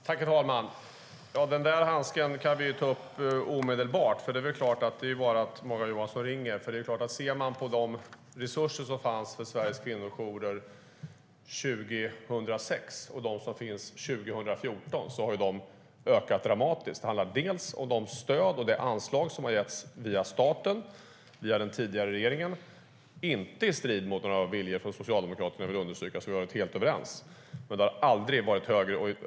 Herr talman! Den handsken kan jag ta upp omedelbart. Det är väl klart att det är bara för Morgan Johansson att ringa. Om vi ser på de resurser som fanns för Sveriges kvinnojourer 2006 och de som fanns 2014 har de ökat dramatiskt. Det handlar om de stöd och anslag som har getts via staten, via den tidigare regeringen, inte i strid mot några viljor från Socialdemokraternas sida, vill jag understryka. Vi har alltså varit helt överens.